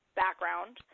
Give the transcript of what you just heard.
background